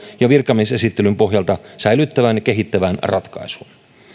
ja virkamiesesittelyn pohjalta säilyttävään ja kehittävään ratkaisuun